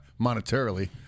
monetarily